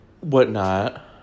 whatnot